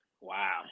Wow